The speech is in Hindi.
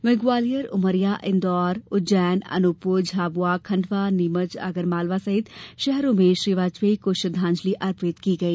वहीं ग्वालियर उमरिया इंदौरउज्जैन अनूपपुरझाबुआ खंडवा नीमच आगरमालवा सहित शहरों में श्री वाजपेयी को श्रद्वांजलि दी गई